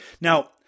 Now